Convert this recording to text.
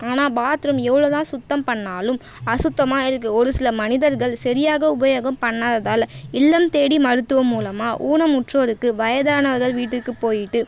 ஆனால் பாத்ரூம் எவ்வளோ தான் சுத்தம் பண்ணாலும் அசுத்தமாக இருக்குது ஒரு சில மனிதர்கள் சரியாக உபயோகம் பண்ணாததால் இல்லம் தேடி மருத்துவம் மூலமாக ஊனமுற்றோருக்கு வயதானவர்கள் வீட்டுக்கு போய்ட்டு